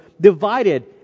divided